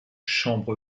chambre